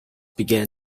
began